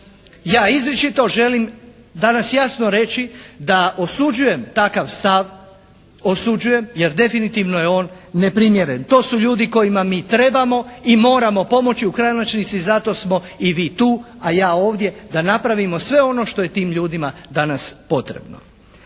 Ja izričito želim danas jasno reći da osuđujem takav stav, osuđuje, jer definitivno je on neprimjeren. To su ljudi kojima mi trebamo i moramo pomoći. U konačnici zato smo i vi tu, a ja ovdje da napravimo sve ono što je tim ljudima danas potrebno.